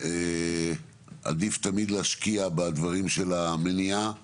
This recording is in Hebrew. שעדיף תמיד להשקיע בדברים של המניעה